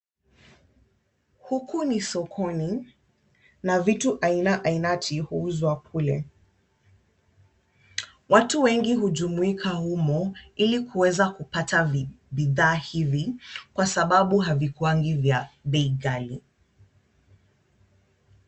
Huku ni sokoni na vitu aina ainati huuzwa kule. Watu wengi hujumuika humo, ili kuweza kupata bidhaa hivi kwa sababu havikuangi vya bei ghali.